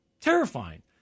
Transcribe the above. terrifying